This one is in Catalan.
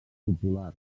popular